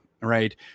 right